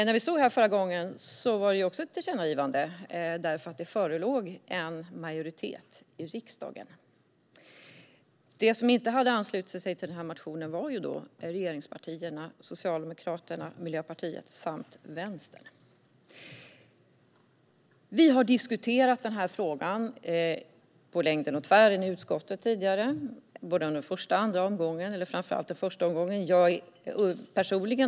När vi stod här förra gången talade vi också om ett tillkännagivande, för det förelåg en majoritet i riksdagen. De som inte hade anslutit sig till motionen var regeringspartierna Socialdemokraterna och Miljöpartiet samt Vänstern. Vi har diskuterat den här frågan på längden och tvären i utskottet tidigare, både i första och i andra omgången - särskilt i första. Personligen har jag pläderat för den.